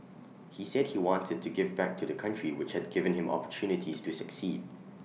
he said he wanted to give back to the country which had given him opportunities to succeed